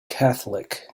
catholic